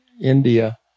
India